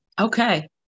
Okay